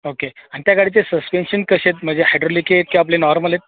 okay आणि त्या गाडीचे सस्पेन्शन कसे आहेत म्हणजे हायड्रोलिक आहेत का आपले नॉर्मल आहेत